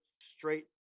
straight